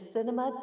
Cinema